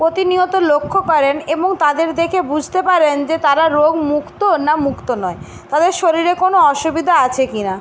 প্রতিনিয়ত লক্ষ করেন এবং তাদের দেখে বুঝতে পারেন যে তারা রোগমুক্ত না মুক্ত নয় তাদের শরীরে কোনো অসুবিধা আছে কি না